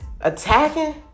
attacking